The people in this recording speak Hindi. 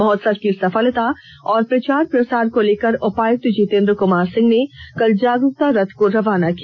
महोत्सव की सफलता और प्रचार प्रसार को लेकर उपायुक्त जितेंद्र कुमार सिंह ने कल जागरूकता रथ को रवाना किया